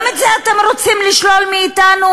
גם את זה אתם רוצים לשלול מאתנו?